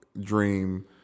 dream